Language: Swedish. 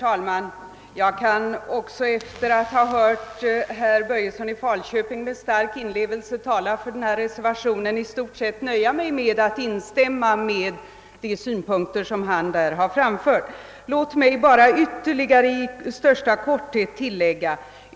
Herr talman! Jag kan, efter att ha hört herr Börjesson i Falköping med stark inlevelse tala för reservationen, i stort sett nöja mig med att instämma i de synpunkter som herr Börjesson framförde. Låt mig bara i största korthet anföra ytterligare några synpunkter.